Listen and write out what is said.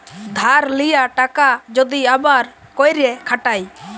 ধার লিয়া টাকা যদি আবার ক্যইরে খাটায়